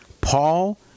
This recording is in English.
Paul